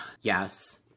Yes